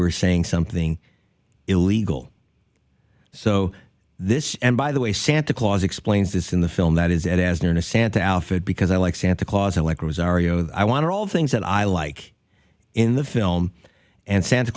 were saying something illegal so this and by the way santa claus explains this in the film that is as near to santa outfit because i like santa claus i like rosario i want all things that i like in the film and santa